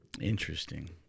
Interesting